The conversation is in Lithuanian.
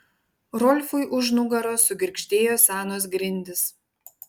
rolfui už nugaros sugirgždėjo senos grindys